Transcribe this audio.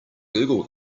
google